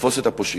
לתפוס את הפושעים,